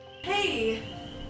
Hey